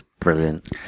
Brilliant